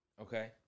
Okay